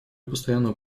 постоянного